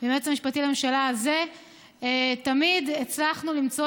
ועם היועץ המשפטי לממשלה הזה תמיד הצלחנו למצוא